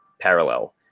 parallel